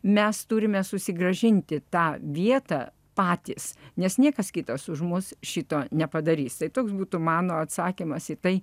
mes turime susigrąžinti tą vietą patys nes niekas kitas už mus šito nepadarysi tai toks būtų mano atsakymas į tai